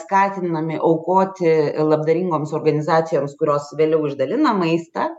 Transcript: skatinami aukoti labdaringoms organizacijoms kurios vėliau išdalina maistą